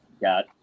got